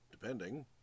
depending